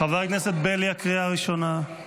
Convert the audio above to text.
--- חבר הכנסת בליאק, קריאה ראשונה.